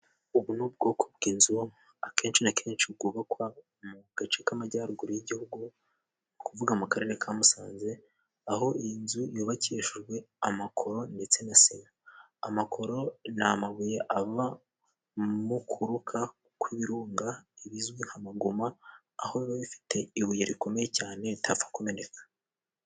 Ubu ni ubwoko bw'inzu akenshi na kenshi bwubakwa mu gace k'amajyaruguru y'igihugu. Ni ukuvuga mu Karere ka Musanze, aho iyi nzu yubakishijwe amakoro ndetse na sima. Amakoro ni amabuye ava mu kuruka kw'ibirunga, ibizwi nka ma guma, aho biba bifite ibuye rikomeye cyane ritapfa kumeneka.